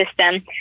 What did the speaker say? system